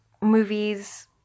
Movies